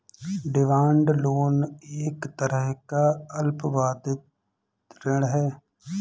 demand loan एक तरह का अल्पावधि ऋण है